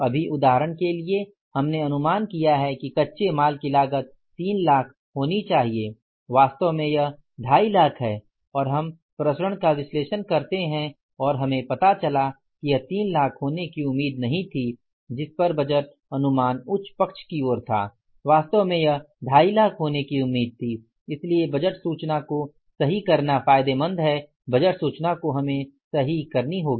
अभी उदाहरण के लिए हमने अनुमान किया है कि कच्चे माल की लागत 3 लाख होनी चाहिए वास्तव में यह 25 लाख है और हम प्रसरण का विश्लेषण करते हैं और हमें पता चला कि यह 3 लाख होने की भी उम्मीद नहीं थी जिस पर बजट अनुमान उच्च पक्ष की ओर था वास्तव में यह 25 लाख होने की उम्मीद थी इसलिए बजट सुचना को सही करना फायदेमंद है बजट सूचना को हमें सही करनी होगी